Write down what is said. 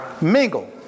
Mingle